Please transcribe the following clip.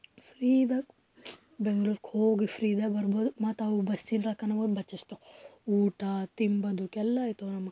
ಫ್ರೀಯಾಗ ಬೆಂಗ್ಳೂರಿಗೆ ಹೋಗಿ ಫ್ರೀದಾಗ ಬರಬೋದು ಮತ್ತು ಅವು ಬಸ್ಸಿನ ರೊಕ್ಕನವು ಬಚ್ಚೆಸ್ತಾವ ಊಟ ತಿನ್ನೊದಕ್ಕೆಲ್ಲ ಆಗ್ತಾವು ನಮಗೆ